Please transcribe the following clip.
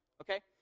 okay